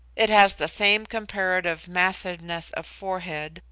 it has the same comparative massiveness of forehead,